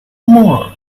more